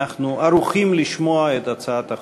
אנחנו ערוכים לשמוע את הצעת החוק.